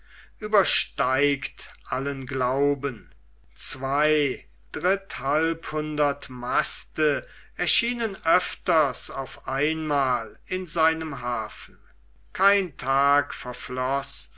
übersteigt allen glauben zwei dritthalbhundert maste erschienen öfters auf einmal in seinem hafen kein tag